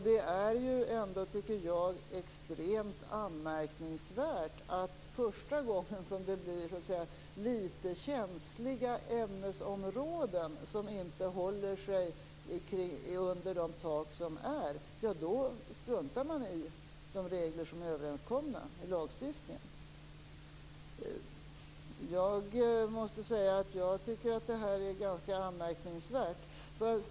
Det är i mitt tycke extremt anmärkningsvärt att man struntar i de regler som är överenskomna i lagstiftningen första gången det handlar om litet känsliga ämnesområden som inte håller sig under de satta taken. Jag måste säga att jag finner detta ganska anmärkningsvärt.